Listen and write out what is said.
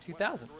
2000